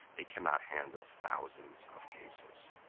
they cannot handle thousands of cases.